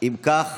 מספיק.